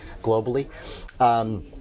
globally